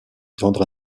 tendre